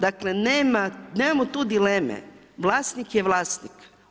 Dakle nemamo tu dileme, vlasnik je vlasnik.